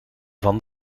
van